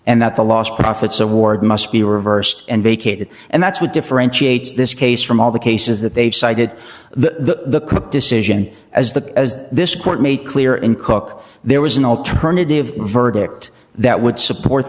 and that the lost profits award must be reversed and vacated and that's what differentiates this case from all the cases that they've cited the decision as the as this court made clear in cook there was an alternative verdict that would support